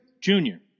Junior